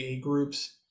groups